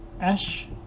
Ash